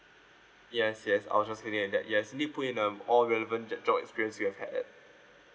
yes yes I'll just clearly at that yes need put in the all relevant job job experience you have had at